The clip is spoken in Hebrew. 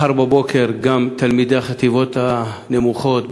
מחר בבוקר גם תלמידי החטיבות הנמוכות,